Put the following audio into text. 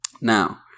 now